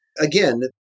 Again